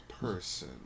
person